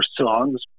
songs